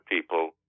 people